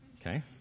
Okay